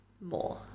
more